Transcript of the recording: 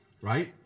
Right